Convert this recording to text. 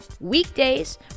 weekdays